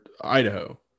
Idaho